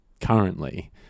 currently